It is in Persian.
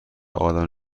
آدم